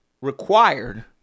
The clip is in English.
required